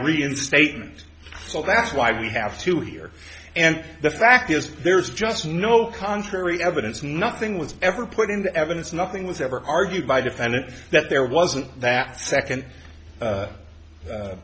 reinstatement so that's why we have to hear and the fact is there's just no contrary evidence nothing was ever put into evidence nothing was ever argued by defendant that there wasn't that second